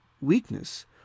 weakness